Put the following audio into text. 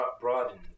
Broadened